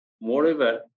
Moreover